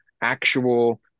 actual